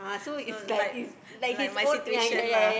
no like like my situation lah